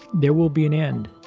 there will be an end.